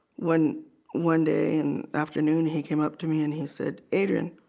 when one day and afternoon, he came up to me and he said adrienne